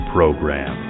Program